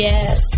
Yes